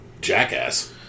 jackass